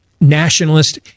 nationalist